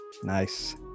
Nice